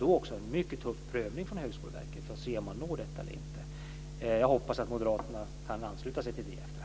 Då ska det vara en tuff prövning från Högskoleverkets sida för att se om målet har nåtts eller inte. Jag hoppas att Moderaterna efter hand kan ansluta sig till detta.